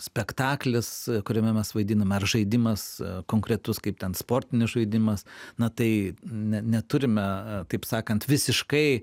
spektaklis kuriame mes vaidiname ar žaidimas konkretus kaip ten sportinis žaidimas na tai neturime taip sakant visiškai